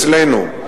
אצלנו.